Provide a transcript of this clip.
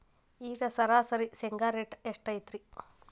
ಈಗ ಸರಾಸರಿ ಶೇಂಗಾ ರೇಟ್ ಎಷ್ಟು ಐತ್ರಿ?